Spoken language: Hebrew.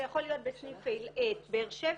זה יכול להיות בסניף באר שבע,